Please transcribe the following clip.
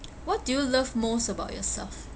what do you love most about yourself